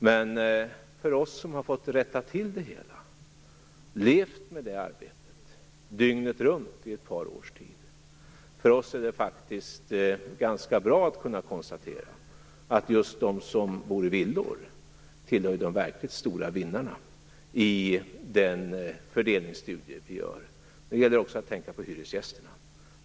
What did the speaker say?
Men för oss som har fått rätta till det hela och levt med det arbetet dygnet runt i ett par års tid är det faktiskt ganska bra att kunna konstatera att just de som bor i villor tillhör de verkligt stora vinnarna i den fördelningsstudie vi gör. Nu gäller det också att tänka på hyresgästerna.